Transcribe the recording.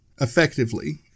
effectively